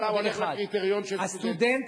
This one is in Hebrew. אתה הולך לקריטריון של סטודנט,